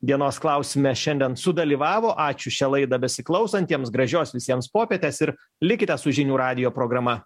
dienos klausime šiandien sudalyvavo ačiū šią laidą besiklausantiems gražios visiems popietės ir likite su žinių radijo programa